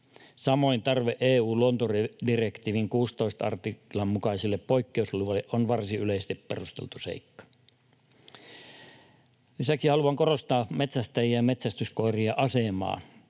Samoin tarve EU:n luontodirektiivin 16 artiklan mukaisille poikkeusluville on varsin yleisesti perusteltu seikka. Lisäksi haluan korostaa metsästäjien ja metsästyskoirien asemaa.